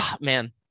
man